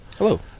Hello